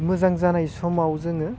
मोजां जानाय समाव जोङो